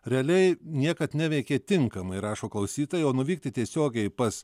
realiai niekad neveikė tinkamai rašo klausytoja o nuvykti tiesiogiai pas